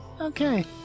Okay